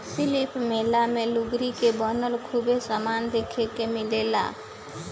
शिल्प मेला मे लुगरी के बनल खूबे समान देखे के मिलेला